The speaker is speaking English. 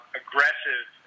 aggressive